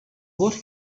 what